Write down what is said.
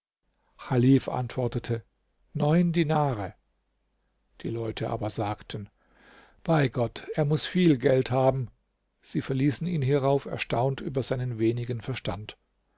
antwortete neun dinare die leute aber sagten bei gott er muß viel geld haben sie verließen ihn hierauf erstaunt über seinen wenigen verstand